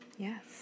Yes